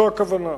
זו הכוונה.